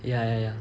ya ya ya